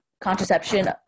contraception